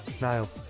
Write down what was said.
Niall